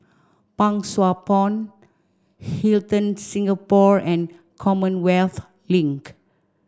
Pang Sua Pond Hilton Singapore and Commonwealth Link